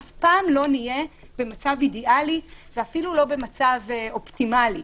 אף פעם לא נהיה במצב אידיאלי ואפילו לא במצב אופטימלי.